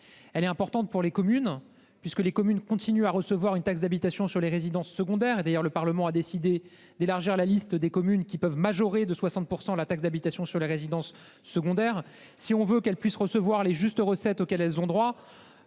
Elle est importante pour les communes, puisque celles-ci continuent à percevoir une taxe d'habitation sur les résidences secondaires. Le Parlement a d'ailleurs décidé d'élargir la liste des communes qui peuvent majorer de 60 % la taxe d'habitation sur les résidences secondaires. Si nous voulons qu'elles reçoivent les justes recettes auxquelles elles ont droit,